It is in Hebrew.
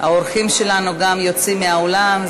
האורחים שלנו גם יוצאים מן האולם,